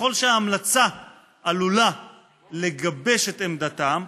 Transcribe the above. וככל שההמלצה עלולה לגבש את עמדתם,